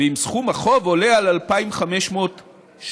ואם סכום החוב עולה על 2,500 שקלים.